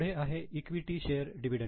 पुढे आहे equity share dividend